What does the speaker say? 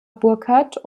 burckhardt